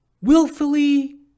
willfully